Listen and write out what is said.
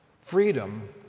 Freedom